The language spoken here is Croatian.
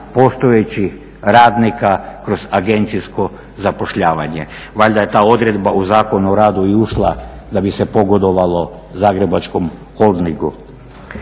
postojećih radnika kroz agencijsko zapošljavanje. Valjda je ta odredba u Zakonu o radu i ušla da bi se pogodovalo Zagrebačkom Holdingu.